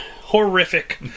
horrific